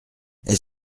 est